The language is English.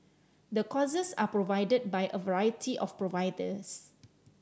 the courses are provided by a variety of providers